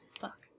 Fuck